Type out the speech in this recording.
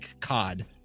COD